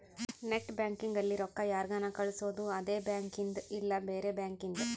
net banking ಅಲ್ಲಿ ರೊಕ್ಕ ಯಾರ್ಗನ ಕಳ್ಸೊದು ಅದೆ ಬ್ಯಾಂಕಿಂದ್ ಇಲ್ಲ ಬ್ಯಾರೆ ಬ್ಯಾಂಕಿಂದ್